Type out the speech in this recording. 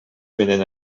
менен